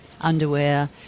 underwear